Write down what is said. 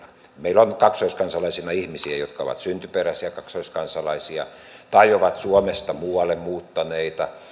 meillä on kaksoiskansalaisina ihmisiä jotka ovat syntyperäisiä kaksoiskansalaisia tai ovat suomesta muualle muuttaneita